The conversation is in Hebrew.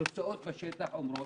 התוצאות בשטח אומרות